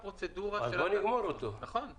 שהפר הוראה מהוראות חוק זה החלה